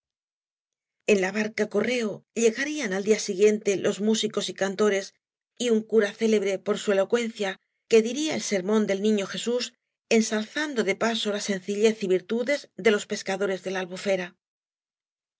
en la barca correo llegarían al día siguiente los múdeos y cantores y un cura célebre por su elocuencia que diría el sermón del niño jesús ensalzando de paso la sencillez y virtudes de los pescadores da la albufera